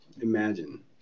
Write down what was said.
imagine